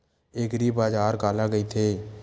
एग्रीबाजार काला कइथे?